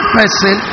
person